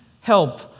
help